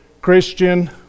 Christian